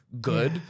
good